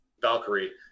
valkyrie